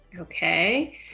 Okay